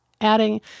adding